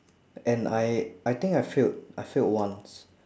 and I I think I failed I failed once